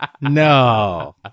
no